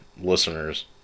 listeners